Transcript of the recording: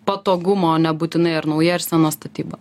patogumą o nebūtinai ar nauja ar sena statyba